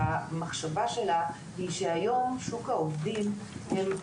שהמחשבה מאחוריה היא לבצע התאמה בנינו לבין שוק העובדים של היום,